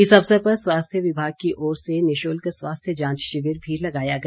इस अवसर पर स्वास्थ्य विभाग की ओर से निशुल्क स्वास्थ्य जांच शिविर भी लगाया गया